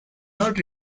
not